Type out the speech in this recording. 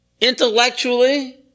intellectually